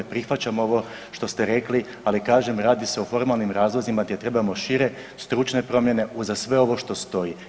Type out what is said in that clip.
Prihvaćam ovo što ste rekli, ali kažem radi se o formalnim razlozima gdje trebamo šire stručne promjene uza sve ovo što stoji.